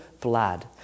blood